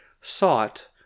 sought